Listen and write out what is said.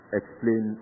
explain